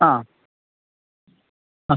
ആ ആ